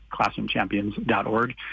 classroomchampions.org